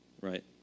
right